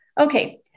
okay